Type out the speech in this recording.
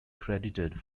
credited